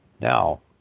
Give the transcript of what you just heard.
Now